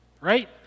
Right